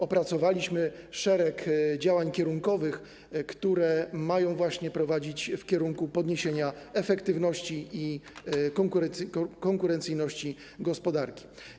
Opracowaliśmy szereg działań kierunkowych, które mają prowadzić właśnie w kierunku podniesienia efektywności i konkurencyjności gospodarki.